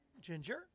Ginger